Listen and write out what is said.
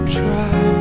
try